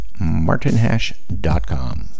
martinhash.com